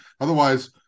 otherwise